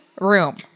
room